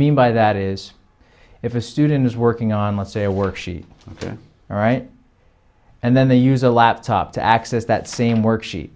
mean by that is if a student is working on let's say a worksheet all right and then they use a laptop to access that same worksheet